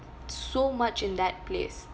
so much in that place